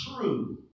true